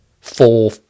four